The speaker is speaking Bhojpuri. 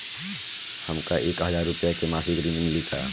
हमका एक हज़ार रूपया के मासिक ऋण मिली का?